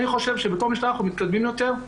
אני חושב שבתור משטרה אנחנו מתקדמים יותר,